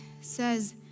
says